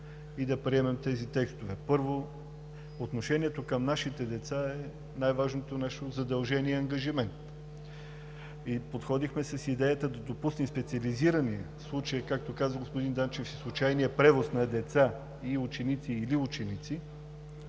и да приемем тези текстове. Първо, отношението към нашите деца е най-важното нещо – задължение и ангажимент. Подходихме с идеята да допуснем специализирани, в случая, както каза и господин Данчев – случайният превоз на деца и ученици или ученици